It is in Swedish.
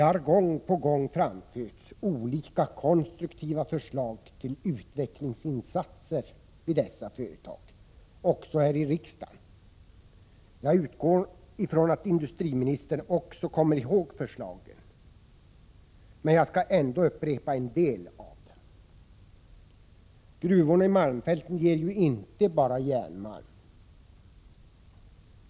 Det har gång på gång framförts olika konstruktiva förslag till utvecklingsinsatser i dessa företag, också här i riksdagen. Jag utgår från att industriministern kommer ihåg förslagen, men jag skall ändå upprepa en del av dem: Gruvorna i malmfälten ger ju inte bara järnmalm.